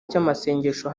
cy’amasengesho